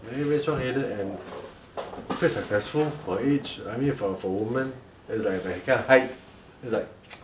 very very strong-headed and quite successful for her I mean for for a woman it's like 那个 height it's like